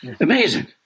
amazing